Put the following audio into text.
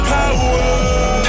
Power